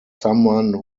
someone